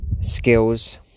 skills